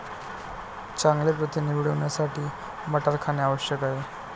चांगले प्रथिने मिळवण्यासाठी मटार खाणे आवश्यक आहे